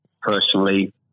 Personally